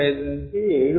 5 7